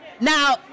Now